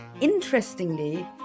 interestingly